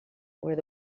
where